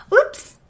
Oops